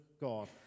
God